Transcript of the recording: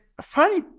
funny